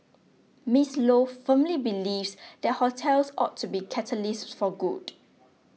Miss Lo firmly believes that hotels ought to be catalysts for good